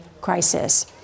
crisis